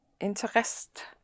Interest